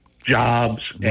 Jobs